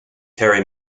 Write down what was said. carry